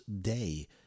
Day